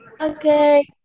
Okay